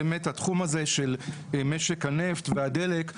באמת התחום הזה של משק הנפט והדלק,